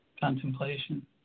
contemplation